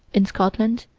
in scotland,